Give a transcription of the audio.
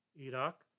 Iraq